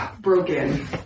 broken